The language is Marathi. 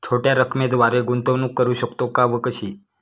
छोट्या रकमेद्वारे गुंतवणूक करू शकतो का व कशी?